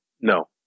No